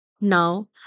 Now